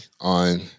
on